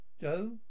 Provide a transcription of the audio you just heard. joe